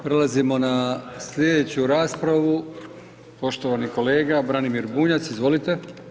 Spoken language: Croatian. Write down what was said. Prelazimo na sljedeću raspravu, poštovani kolega Branimir Bunjac, izvolite.